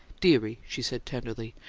dearie, she said, tenderly,